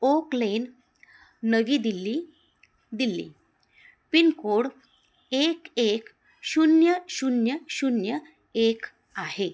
okay Lane नवी Delhi Delhi pin code एक एक शून्य शून्य शून्य एक आहे